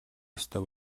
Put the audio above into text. ёстой